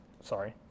sorry